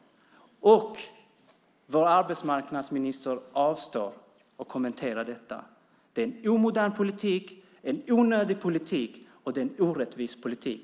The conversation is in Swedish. Och vår arbetsminister avstår från att kommentera detta. Det är en omodern politik, en onödig politik och en orättvis politik.